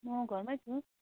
म घरमै छु